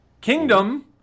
Kingdom